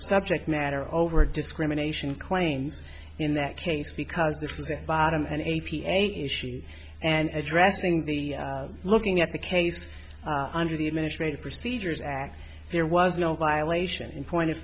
subject matter over discrimination claims in that case because this is a bottom and a p a issue and addressing the looking at the case under the administrative procedures act there was no violation in point